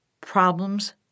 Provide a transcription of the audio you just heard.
problems